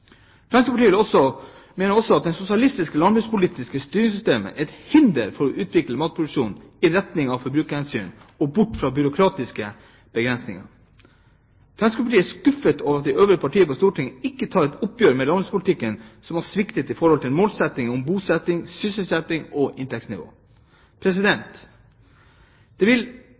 Fremskrittspartiet mener også at det sosialistiske landbrukspolitiske styringssystemet er et hinder for å utvikle matproduksjon i retning av forbrukerhensyn og bort fra byråkratiske begrensninger. Fremskrittspartiet er skuffet over at de øvrige partier på Stortinget ikke tar et oppgjør med en landbrukspolitikk som har sviktet i forhold til målsettingene om bosetting, sysselsetting og inntektsnivå. Det vil